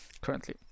currently